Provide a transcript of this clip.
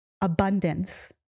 abundance